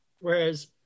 Whereas